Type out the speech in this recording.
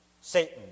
Satan